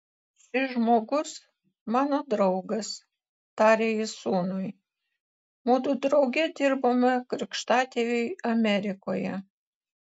šis žmogus mano draugas tarė jis sūnui mudu drauge dirbome krikštatėviui amerikoje